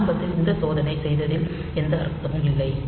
ஆரம்பத்தில் இந்த சோதனை செய்வதில் எந்த அர்த்தமும் இல்லை